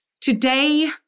Today